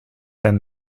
than